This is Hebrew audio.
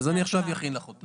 אז אני עכשיו אכין לך אותן.